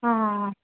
ಹಾಂ ಹಾಂ ಹಾಂ